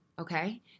okay